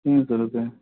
تین سو روپے